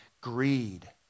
greed